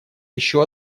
еще